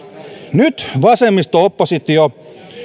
nyt vasemmisto oppositio